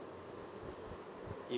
it